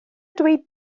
dweud